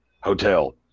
Hotel